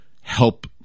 help